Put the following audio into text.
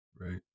Right